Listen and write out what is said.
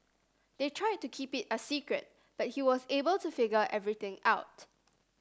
they tried to keep it a secret but he was able to figure everything out